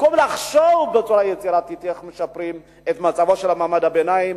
במקום לחשוב בצורה יצירתית איך משפרים את מצבו של מעמד הביניים,